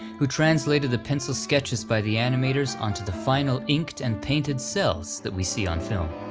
who translated the pencil sketches by the animators onto the final inked-and-painted cels that we see on film.